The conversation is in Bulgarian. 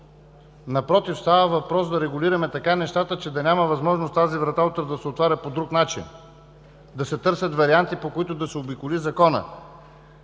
Напротив, става въпрос да регулираме така нещата, че да няма възможност тази врата утре да се отваря по друг начин, да се търсят варианти, по които да се заобиколи Законът.